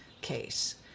case